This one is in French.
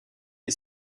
est